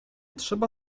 trzeba